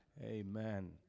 Amen